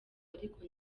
ariko